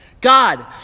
God